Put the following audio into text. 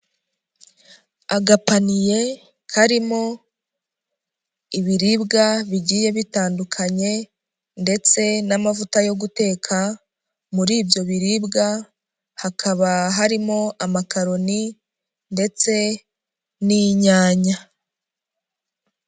Agapaniye karimo ibiribwa bigiye bitandukanye, ndetse n'amavuta yo guteka muri ibyo biribwa hakaba harimo amakaroni ndetse n'inyanya.